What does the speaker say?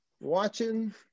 watching